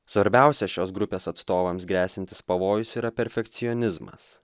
svarbiausia šios grupės atstovams gresiantis pavojus yra perfekcionizmas